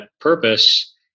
purpose